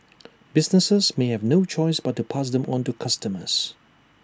businesses may have no choice but to pass them on to customers